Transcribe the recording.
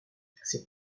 c’est